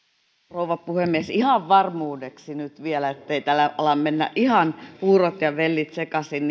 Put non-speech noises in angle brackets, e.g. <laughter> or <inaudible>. rouva puhemies ihan varmuudeksi nyt vielä ettei täällä ala mennä ihan puurot ja vellit sekaisin <unintelligible>